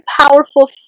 powerful